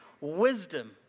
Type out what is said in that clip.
wisdom